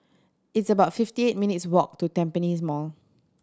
it's about fifty eight minutes' walk to Tampines Mall